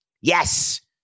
Yes